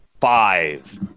five